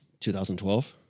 2012